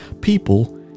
people